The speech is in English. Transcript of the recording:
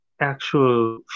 actual